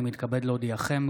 אני מתכבד להודיעכם,